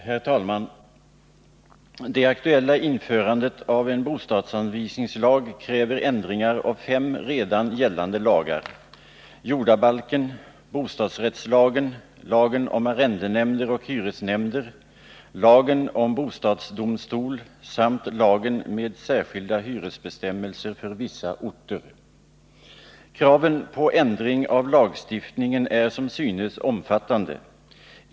Herr talman! Det aktuella införandet av en bostadsanvisningslag kräver ändringar av fem redan gällande lagar: jordabalken, bostadsrättslagen, lagen om arrendenämnder och hyresnämnder, lagen om bostadsdomstol samt lagen med särskilda hyresbestämmelser för vissa orter. Kraven på ändring av lagstiftningen är som synes omfattande.